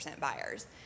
buyers